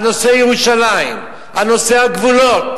על נושא ירושלים, על נושא הגבולות,